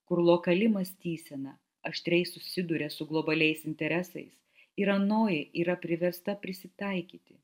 kur lokali mąstysena aštriai susiduria su globaliais interesais ir anoji yra priversta prisitaikyti